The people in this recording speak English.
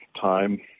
time